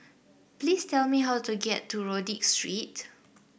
please tell me how to get to Rodyk Street